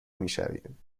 میشویم